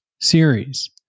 series